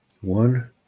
One